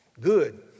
good